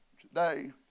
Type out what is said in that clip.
Today